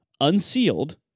unsealed